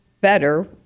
better